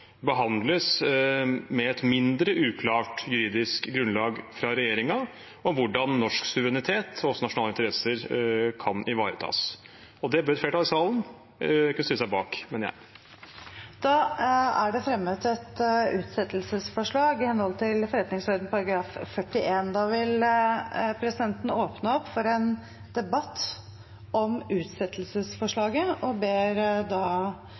behandles med et mindre uklart juridisk grunnlag fra regjeringen om hvordan norsk suverenitet og også nasjonale interesser kan ivaretas. Det bør et flertall i salen kunne stille seg bak, mener jeg. Da er det fremmet et utsettelsesforslag i henhold til forretningsordenens § 41. Da vil presidenten åpne opp for en debatt om